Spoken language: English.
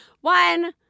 One